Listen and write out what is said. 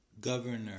governor